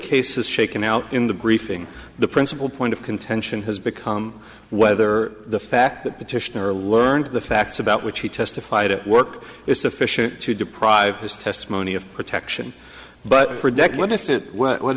case is shaken out in the briefing the principal point of contention has become whether the fact that petitioner learned the facts about which he testified at work is sufficient to deprive his testimony of protection but for